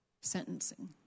sentencing